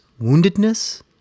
woundedness